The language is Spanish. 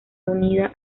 unida